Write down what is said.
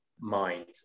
mind